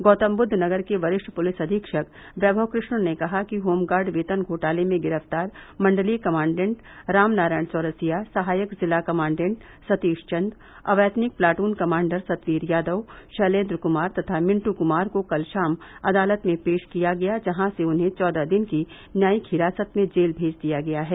गौतमबुद्द नगर के वरिष्ठ पुलिस अधीक्षक वैभव कृष्ण ने कहा कि होमगार्ड वेतन घोटाले में गिरफ्तार मंडलीय कमांडेंट राम नारायण चौरसिया सहायक जिला कमांडेंट सतीश चंद अवैतनिक प्लाटून कमांडर सतवीर यादव शैलेंद्र कुमार तथा मिंटू कुमार को कल शाम अदालत में पेश किया गया जहां से उन्हें चौदह की न्यायिक हिरासत में जेल भेज दिया गया है